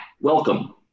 welcome